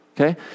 okay